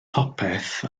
popeth